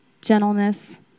gentleness